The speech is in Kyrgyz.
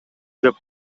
деп